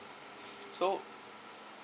so